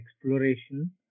exploration